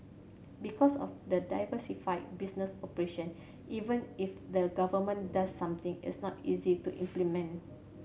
because of the diversified business operation even if the Government does something it's not easy to implement